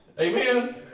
Amen